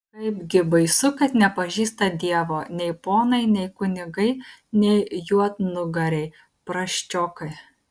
kaipgi baisu kad nepažįsta dievo nei ponai nei kunigai nei juodnugariai prasčiokai